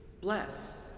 Bless